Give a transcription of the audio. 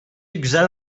güzel